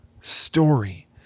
story